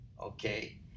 Okay